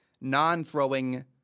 non-throwing